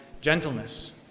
gentleness